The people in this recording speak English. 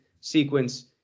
sequence